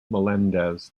melendez